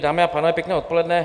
Dámy a pánové, pěkné odpoledne.